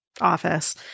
office